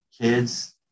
kids